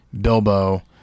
Bilbo